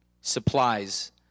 supplies